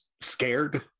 scared